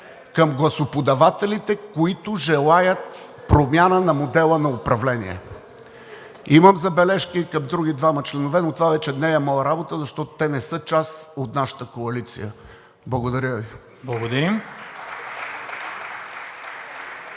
към гласоподавателите, които желаят промяна на модела на управление. Имам забележки и към други двама членове, но това вече не е моя работа, защото те не са част от нашата коалиция. Благодаря Ви. (Ръкопляскания